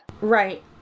Right